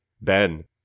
Ben